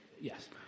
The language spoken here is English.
yes